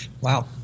Wow